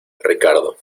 ricardo